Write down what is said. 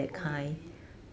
oh is it